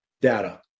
data